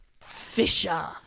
Fisher